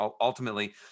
ultimately